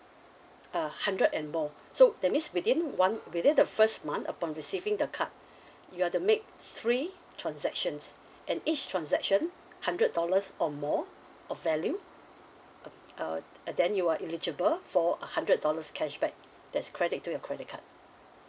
uh hundred and more so that means within one within the first month upon receiving the card you are to make three transactions and each transaction hundred dollars or more of value uh uh uh then you are eligible for a hundred dollars cashback that's credit to your credit card